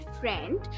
friend